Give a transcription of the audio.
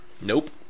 Nope